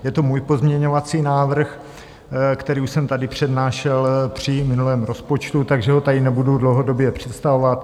Je to můj pozměňovací návrh, který už jsem tady přednášel při minulém rozpočtu, takže ho tady nebudu dlouhodobě představovat.